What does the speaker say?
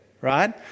right